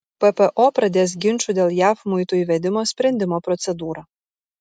ppo pradės ginčų dėl jav muitų įvedimo sprendimo procedūrą